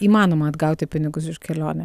įmanoma atgauti pinigus už kelionę